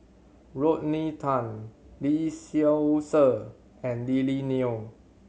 Rodney Tan Lee Seow Ser and Lily Neo